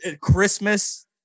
Christmas